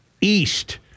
east